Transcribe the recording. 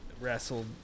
wrestled